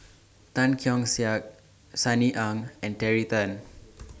Tan Keong Saik Sunny Ang and Terry Tan